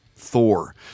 Thor